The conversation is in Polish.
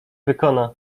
wykona